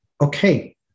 okay